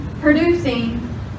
producing